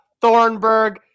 Thornburg